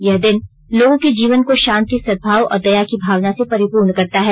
यह दिन लोगों के जीवन को शांति सदभाव और दया की भावना से परिपूर्ण करता है